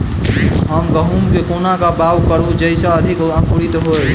हम गहूम केँ कोना कऽ बाउग करू जयस अधिक अंकुरित होइ?